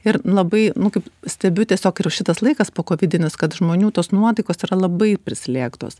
ir labai nu kaip stebiu tiesiog ir šitas laikas po kovidinis kad žmonių tos nuotaikos yra labai prislėgtos